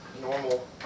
normal